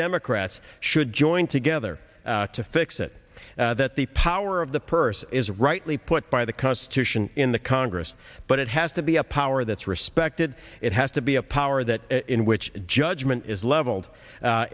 democrats should join together to fix it that the power of the purse is rightly put by the constitution in the congress but it has to be a power that's respected it has to be a power that in which judgment is leveled